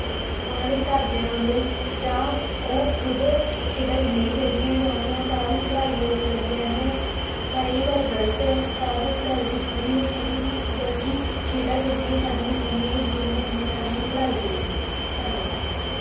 ਉਹਨਾਂ ਦੇ ਘਰਦਿਆਂ ਵੱਲੋਂ ਜਾਂ ਉਹ ਖੁਦ ਇਹ ਖੇਡਾਂ ਨਹੀਂ ਖੇਡਣੀਆਂ ਚਾਹੁੰਦੀਆਂ ਉਹ ਸਾਰਾ ਦਿਨ ਪੜ੍ਹਾਈ ਦੇ ਵਿੱਚ ਲੱਗੇ ਰਹਿੰਦੇ ਨੇ ਤਾਂ ਇਹ ਗੱਲ ਗਲਤ ਹੈ ਸਾਰਾ ਦਿਨ ਪੜ੍ਹਾਈ ਵੀ ਜ਼ਰੂਰੀ ਨਹੀਂ ਹੈਗੀਗੀ ਬਲਕੀ ਖੇਡਾਂ ਖੇਡਣੀਆਂ ਸਾਡੇ ਲਈ ਉਨੀਆਂ ਹੀ ਜ਼ਰੂਰੀ ਨੇ ਜਿੰਨੀ ਸਾਡੇ ਲਈ ਪੜ੍ਹਾਈ ਜ਼ਰੂਰੀ ਹੈਗੀ ਧੰਨਵਾਦ